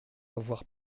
avoir